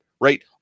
right